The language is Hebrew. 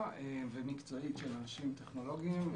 מאוד ומקצועית של אנשים טכנולוגיים.